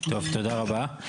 תודה רבה.